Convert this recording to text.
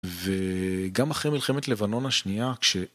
וגם אחרי מלחמת לבנון השנייה, כש...